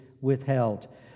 withheld